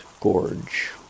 Gorge